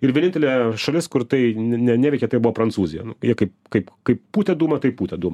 ir vienintelė šalis kur tai ne ne neveikė tai buvo prancūzija jie kaip kaip kaip pūtė dūmą taip pūtė dūmą